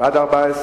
התכנון והבנייה (תיקון מס' 94),